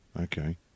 okay